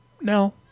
No